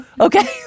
okay